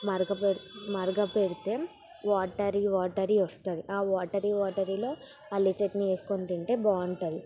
మరగ మరగపెడితే watery watery వస్తుంది ఆ వాటరీ వాటరీలో పల్లీ చట్నీ చేసుకొని తింటే బాగుంటుంది